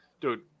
Dude